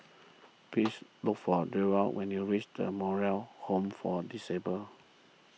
please look for Newell when you reach the Moral Home for Disabled